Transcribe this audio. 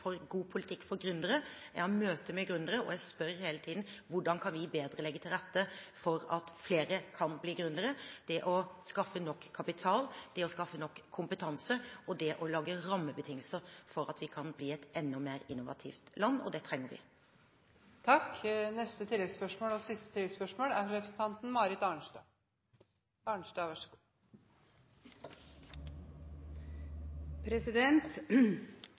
for god politikk for gründere. Jeg har møter med gründere, og jeg spør hele tiden: Hvordan kan vi bedre legge til rette for at flere kan bli gründere? Det å skaffe nok kapital, det å skaffe nok kompetanse og det å lage rammebetingelser for at vi kan blir et enda mer innovativt land, er det vi trenger. Marit Arnstad – til oppfølgingsspørsmål. Forenkling er jo bra, og